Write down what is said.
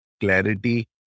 clarity